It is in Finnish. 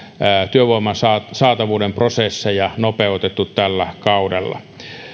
työvoiman saatavuuden prosesseja nopeuttaneet tällä kaudella